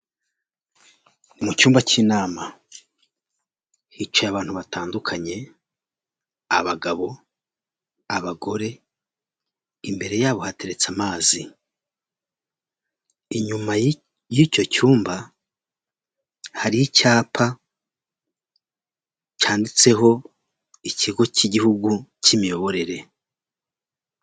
Mu cyumba cy'inama hicaye abantu batandukanye, abagabo, abagore, imbere yabo hateretse amazi, inyuma y'icyo cyumba hari icyapa cyanditseho ikigo cy'igihugu cy'imiyoborere.